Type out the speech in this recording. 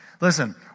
Listen